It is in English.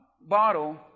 bottle